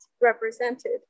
represented